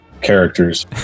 characters